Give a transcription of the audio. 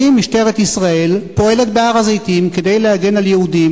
אם משטרת ישראל פועלת בהר-הזיתים כדי להגן על יהודים,